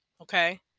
okay